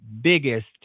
biggest